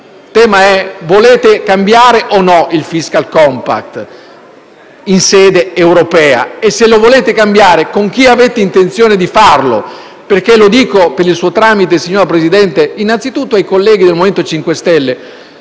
tema è se volete cambiare il *fiscal compact* in sede europea e, se avete questa volontà, con chi avete intenzione di farlo. Lo dico per il suo tramite, signor Presidente, innanzitutto ai colleghi del MoVimento 5 Stelle: